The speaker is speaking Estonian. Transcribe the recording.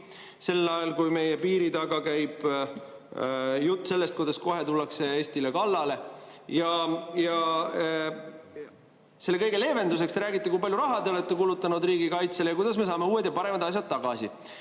sel ajal kui meie piiri taga käib jutt sellest, kuidas kohe tullakse Eestile kallale. Ja selle kõige leevenduseks te räägite, kui palju raha te olete kulutanud riigikaitsele ja kuidas me saame uued ja paremad asjad tagasi.